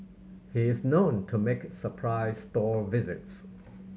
he is known to make surprise store visits